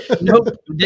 Nope